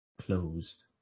closed